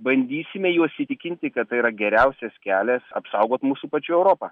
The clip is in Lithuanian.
bandysime juos įtikinti kad tai yra geriausias kelias apsaugot mūsų pačių europą